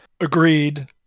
Agreed